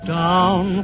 down